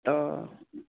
हॅं